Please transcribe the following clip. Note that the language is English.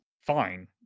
fine